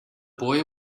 boy